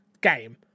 game